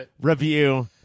review